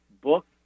book